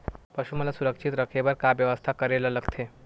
पशु मन ल सुरक्षित रखे बर का बेवस्था करेला लगथे?